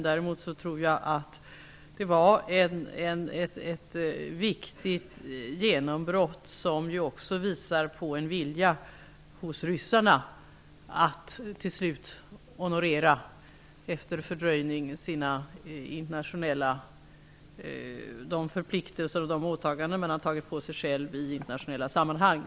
Däremot tror jag att det var ett viktigt genombrott som skedde. Det visar på en vilja hos ryssarna att till slut, efter fördröjning, honorera de förpliktelser och de åtaganden de själva har tagit på sig i internationella sammanhang.